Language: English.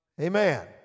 Amen